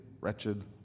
wretched